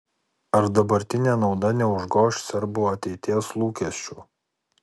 ar dabartinė nauda neužgoš serbų ateities lūkesčių